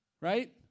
Right